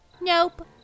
Nope